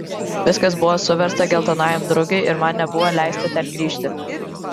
viskas buvo suversta geltonajam drugiui ir man nebuvo leista ten grįžti